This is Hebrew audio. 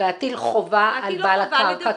--- להטיל חובה על בעל קרקע,